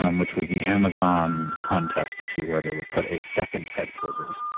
um which was the amazon contest to see where they would put a second headquarters,